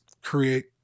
create